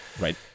right